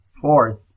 Fourth